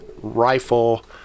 Rifle